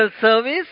service